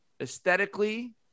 aesthetically